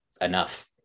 enough